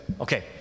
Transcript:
Okay